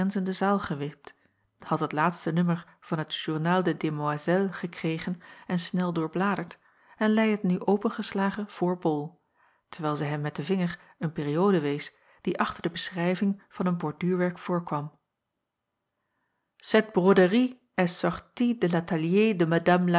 de aangrenzende zaal gewipt had het laatste nummer van t journal des demoiselles gekregen en snel doorbladerd en leî het nu opengeslagen voor bol terwijl zij hem met den vinger een periode wees die achter de beschrijving van een borduurwerk voorkwam cette broderie est sortie de